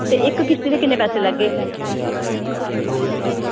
ते इक्क किश्ती दे किन्ने पैसे लैगे